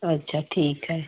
अच्छा ठीक है